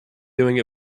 doing